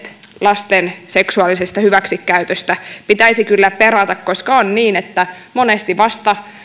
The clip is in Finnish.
lasten seksuaalisesta hyväksikäytöstä pitäisi kyllä perata koska on niin että monesti vasta